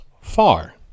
far